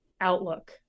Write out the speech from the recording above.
outlook